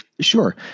Sure